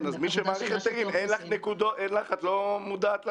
אז מי שמאריך היתרים, את לא מודעת לנתונים?